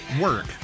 work